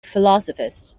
philosophers